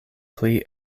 pli